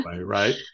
right